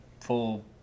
full